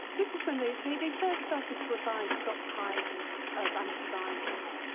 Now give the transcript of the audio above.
this is when they they they first started to advise stockpiling of antivirals.